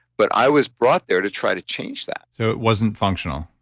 but i was brought there to try to change that so it wasn't functional?